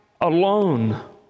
alone